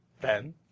Ben